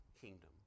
kingdom